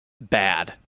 bad